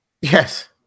Yes